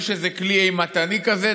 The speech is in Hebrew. יש איזה כלי אימתני כזה,